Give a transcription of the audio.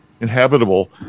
inhabitable